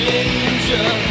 Danger